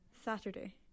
Saturday